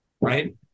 right